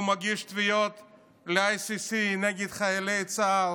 הוא מגיש תביעות ל-ICC נגד חיילי צה"ל,